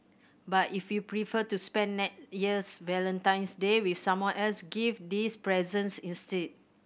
but if you prefer to spend next year's Valentine's Day with someone else give these presents instead